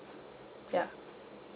ya